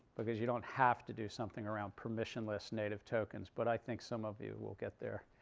because you don't have to do something around permissionless native tokens. but i think some of you will get there.